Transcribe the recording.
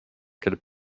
qu’elle